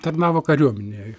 tarnavo kariuomenėj